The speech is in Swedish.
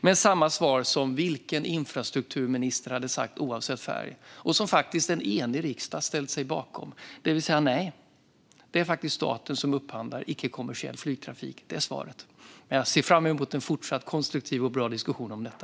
Men det är samma svar som vilken infrastrukturminister som helst hade gett, oavsett färg, och som en enig riksdag ställt sig bakom: Nej, det är faktiskt staten som upphandlar icke-kommersiell flygtrafik. Jag ser fram emot en fortsatt konstruktiv och bra diskussion om detta!